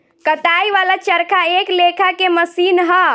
कताई वाला चरखा एक लेखा के मशीन ह